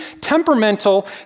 temperamental